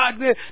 God